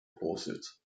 horses